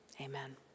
Amen